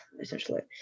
essentially